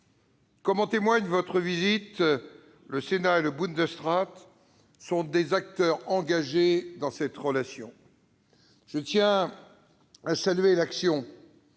Comme en témoigne votre visite, le Sénat et le Bundesrat sont des acteurs engagés de cette relation. Je tiens d'ailleurs à saluer l'action